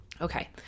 Okay